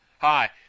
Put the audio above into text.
Hi